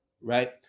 right